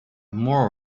more